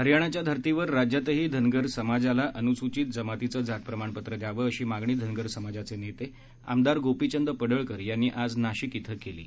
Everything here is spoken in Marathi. हरियाणाच्या धर्तीवर राज्यातही धनगर समाजाला अनुसूचित जमातीचं जात प्रमाणपत्र द्यावं अशी मागणी धनगर समाजाचे नेते आमदार गोपीचंद पडळकर यांनी आज नाशिक क्रिं केली आहे